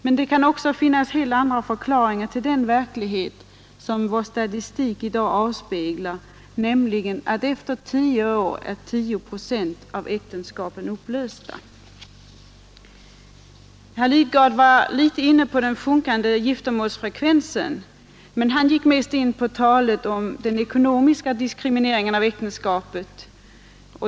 Men det kan också finnas andra förklaringar till den verklighet som statistiken avspeglar, nämligen att efter tio år är 10 procent av äktenskapen upplösta. Herr Lidgard var inne på den sjunkande giftermålsfrekvensen, men han uppehöll sig mest vid talet om den ekonomiska diskrimineringen av äktenskapet.